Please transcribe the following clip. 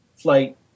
flight